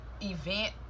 event